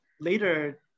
later